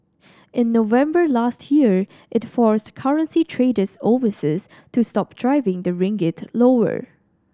in November last year it forced currency traders overseas to stop driving the ringgit lower